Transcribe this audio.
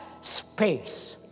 space